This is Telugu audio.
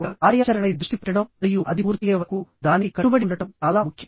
ఒక కార్యాచరణపై దృష్టి పెట్టడం మరియు అది పూర్తయ్యే వరకు దానికి కట్టుబడి ఉండటం చాలా ముఖ్యం